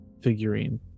figurine